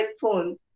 phone